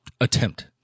attempt